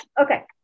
Okay